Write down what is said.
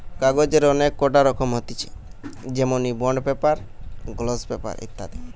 কাগজের অনেক কটা রকম হতিছে যেমনি বন্ড পেপার, গ্লস পেপার ইত্যাদি